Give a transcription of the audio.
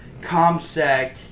comsec